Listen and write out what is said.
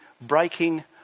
breaking